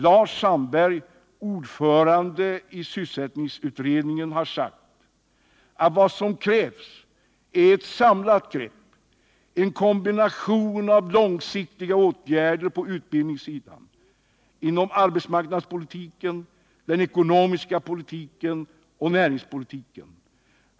Lars Sandberg — ordförande i sysselsättningsutredningen — har sagt att vad som krävs är ett samlat grepp, en kombination av långsiktiga åtgärder på utbildningssidan, inom arbetsmarknadspolitiken, den ekonomiska politiken och näringspolitiken.